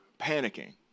panicking